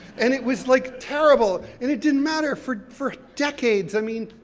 and it was like, terrible, and it didn't matter for for decades. i mean,